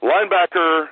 Linebacker